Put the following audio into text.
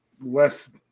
less